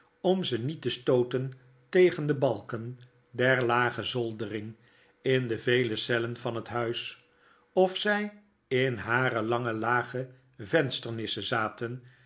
om ze niet te stooten tegen de balken der lage zoldering in de vele cellen van het huis of zy in hare lange lage vensternissen zaten